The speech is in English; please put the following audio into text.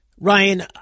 Ryan